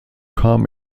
kam